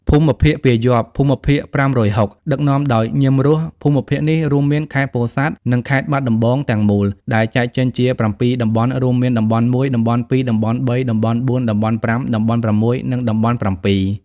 ភូមិភាគពាយ័ព្យ (ភូមិភាគ៥៦០) ដឹកនាំដោយ ញឹម រស់ ភូមិភាគនេះរួមមានខេត្តពោធិ៍សាត់ និងខេត្តបាត់ដំបង ទាំងមូល ដែលចែកចេញជាប្រាំពីរតំបន់រួមមានតំបន់១ តំបន់២ តំបន់៣ តំបន់៤ តំបន់៥ តំបន់៦ និងតំបន់៧។